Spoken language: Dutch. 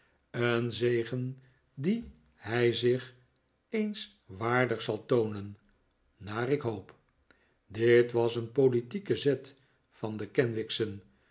een zegen dien hij zich eens waardig zal toonen naar ik hoop dit was een politieke zet van de kenwigs'en